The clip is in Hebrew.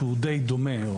שהוא די דומה,